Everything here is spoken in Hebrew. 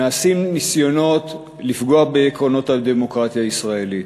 נעשים ניסיונות לפגוע בעקרונות הדמוקרטיה הישראלית,